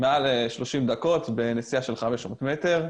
מעל 30 דקות, בנסיעה של 500 מטרים.